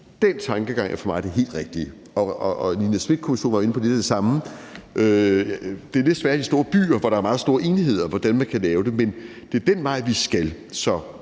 Den tankegang er for mig den helt rigtige, og Nina Smith-kommissionen var inde på lidt af det samme. Det er lidt sværere i de store byer, hvor der er meget stor enighed om, hvordan man kan lave det, men det er den vej, vi skal,